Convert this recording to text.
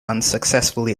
unsuccessfully